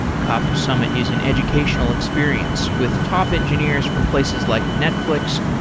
kafka summit is an educational experience with top engineers from places like netflix,